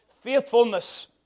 faithfulness